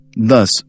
Thus